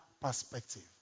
perspective